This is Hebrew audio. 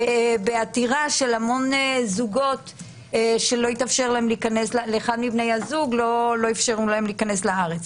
עתירה של המון זוגות שלאחד מבני הזוג לא אפשרו להיכנס לארץ.